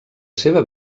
seva